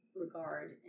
regard